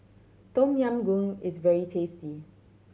Tom Yam Goong is very tasty